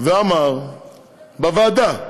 ואמר בוועדה,